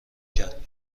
کرد